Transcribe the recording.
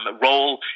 role